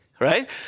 right